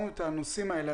עברנו את הנושאים האלה,